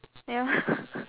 nevermind